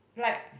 like